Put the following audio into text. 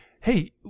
hey